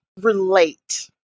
relate